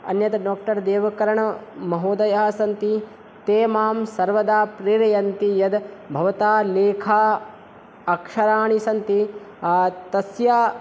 अन्यत् डाक्टर् देवकरणमहोदयाः सन्ति ते मां सर्वदा प्रेरयन्ति यद् भवतः लेखा अक्षराणि सन्ति तस्य